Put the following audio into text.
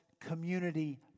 community